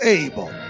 able